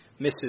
Mrs